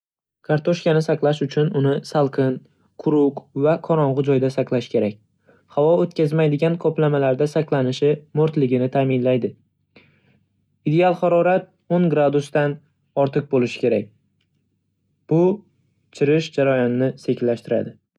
Kartoshkani saqlash uchun uni salqin, quruq va qorong'i joyda saqlash kerak. Havo o'tkazmaydigan qoplamalarda saqlanishi mo'rtligini ta'minlaydi. Ideal harorat o'n gradusdan ortiq bo'lishi kerak, bu chirish jarayonini sekinlashtiradi.